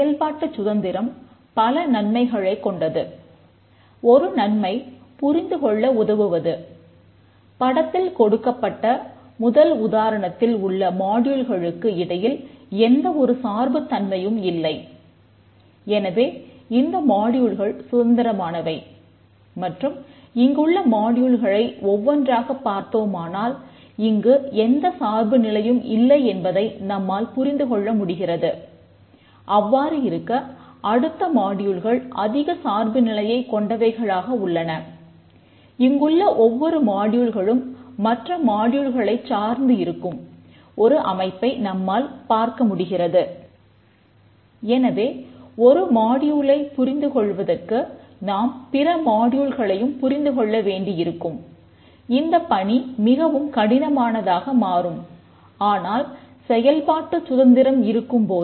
செயல்பாட்டுச் சுதந்திரம் பல நன்மைகளைக் கொண்டது ஒரு நன்மை புரிந்துகொள்ள உதவுவது